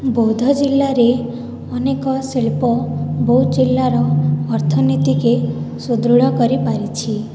ବୌଦ୍ଧ ଜିଲ୍ଲାରେ ଅନେକ ଶିଳ୍ପ ବୌଦ୍ଧ ଜିଲ୍ଲାର ଅର୍ଥନୀତିକି ସୄଦୃଢ଼ କରିପାରିଛି